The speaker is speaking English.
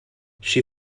she